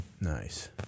Nice